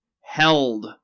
Held